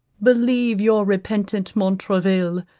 believe your repentant montraville,